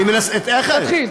אני מנסה, תתחיל.